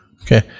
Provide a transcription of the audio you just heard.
Okay